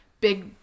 big